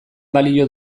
balio